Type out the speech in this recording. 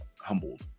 humbled